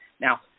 Now